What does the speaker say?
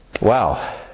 Wow